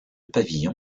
pavillon